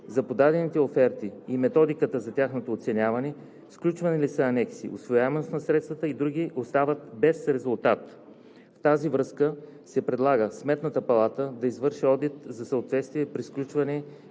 за подадените оферти и методиката за тяхното оценяване; сключвани ли са анекси; усвояемост на средствата и други, остават без резултат. В тази връзка се предлага Сметната палата да извърши одит за съответствие при сключването